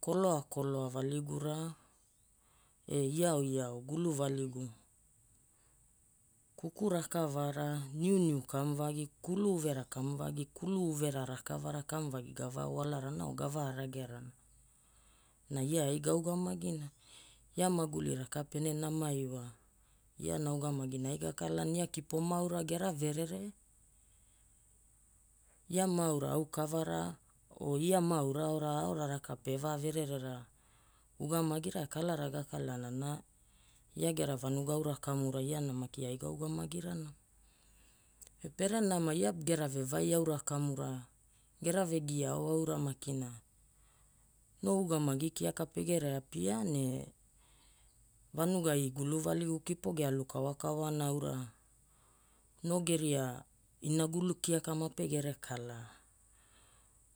Koloakoloa valigura e Iaoiao guluvaligu, kuku rakavara, niuniu kamuvagi, kulu uvera kamuvagi, kulu uvera rakavara kamuvagi gavawalarana o gavaragerana. Na ia ai gaugamagina, ia maguli raka pene nama iwa iana ugamagina ai gakalaana, ia kipo maaura gera verere, ia maaura aukavara o ia maaura aora aora raka pevavererera ugamagira e kalara ga kalana na ia gera vanuga aura kamura iana maki ai gaugamagira ai gakalaana. Pe pere nama ia gera vevai aura kamura gera vegiaao aura makina no ugamagi kiaka pegere apia ne vanugai guluvaligu kipo gealu kawakawana aura no geria inagulu kiaka mapegere kalaa.